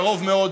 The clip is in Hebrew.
בקרוב מאוד,